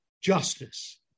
justice